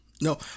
No